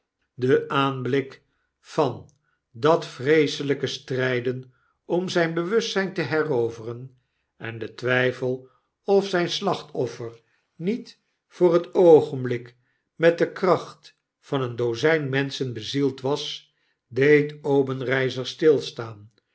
de aanblik van dat vreeselyke stryden om zijn bewustzijn te heroveren en de twijfel of zijn slachtoffer niet voor het oogenblik met de kracht van een dozijn menschen bezield was deed obenreizer stilstaan